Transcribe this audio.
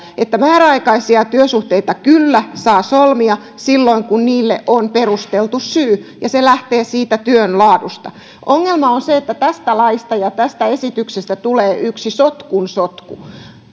että määräaikaisia työsuhteita kyllä saa solmia silloin kun niille on perusteltu syy ja se lähtee siitä työn laadusta ongelma on se että tästä laista ja tästä esityksestä tulee yksi sotkun sotku